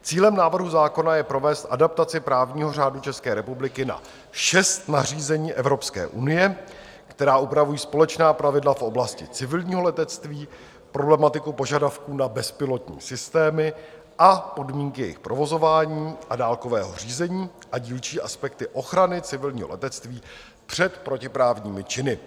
Cílem návrhu zákona je provést adaptaci právního řádu České republiky na šest nařízení Evropské unie, která upravují společná pravidla v oblasti civilního letectví, problematiku požadavků na bezpilotní systémy a podmínky jejich provozování a dálkového řízení a dílčí aspekty ochrany civilního letectví před protiprávními činy.